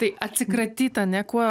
tai atsikratyt ane kuo